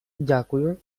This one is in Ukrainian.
дякую